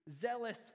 zealous